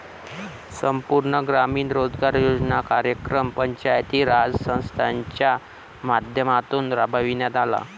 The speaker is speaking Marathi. संपूर्ण ग्रामीण रोजगार योजना कार्यक्रम पंचायती राज संस्थांच्या माध्यमातून राबविण्यात आला